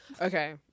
okay